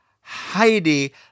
Heidi